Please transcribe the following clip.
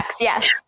Yes